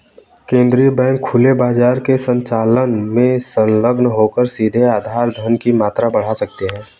केंद्रीय बैंक खुले बाजार के संचालन में संलग्न होकर सीधे आधार धन की मात्रा बढ़ा सकते हैं